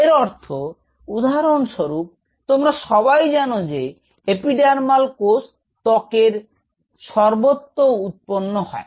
এর অর্থ উদাহরণস্বরুপ তোমরা সবাই জান যে এপিডারমাল কোষ ত্বকের সর্বত্র উৎপন্ন হয়